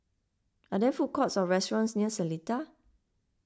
are there food courts or restaurants near Seletar